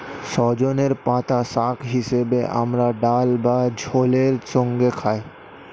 সজনের পাতা শাক হিসেবে আমরা ডাল বা ঝোলের সঙ্গে খাই